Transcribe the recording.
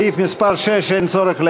סעיף מס' 6, אין צורך להצביע,